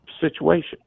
situation